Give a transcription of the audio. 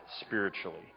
spiritually